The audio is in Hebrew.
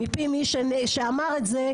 מפי מי שאמר את זה,